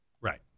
Right